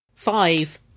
Five